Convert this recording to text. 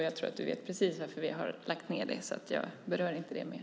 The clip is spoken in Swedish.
Jag tror att du vet precis varför vi har lagt ned det. Jag berör inte det mer.